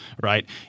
right